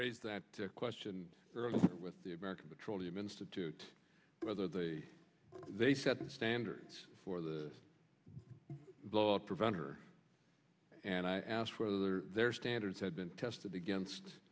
raise that question earlier with the american petroleum institute whether the they set the standards for the blowout preventer and i asked for other their standards had been tested against